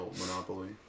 Monopoly